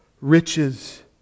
riches